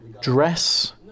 dress